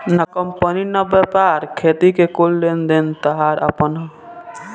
ना कंपनी ना व्यापार, खेती के कुल लेन देन ताहार आपन ह